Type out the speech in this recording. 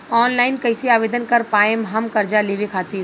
Online कइसे आवेदन कर पाएम हम कर्जा लेवे खातिर?